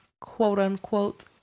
quote-unquote